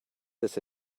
this